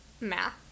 math